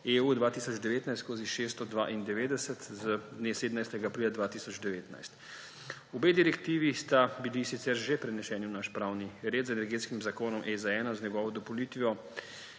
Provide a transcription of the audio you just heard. EU 2019/692 z dne 17. aprila 2019. Obe direktivi sta bili sicer že preneseni v naš pravni red z Energetskim zakonom EZ-1, z njegovo dopolnitvijo